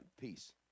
peace